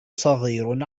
صغير